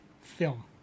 film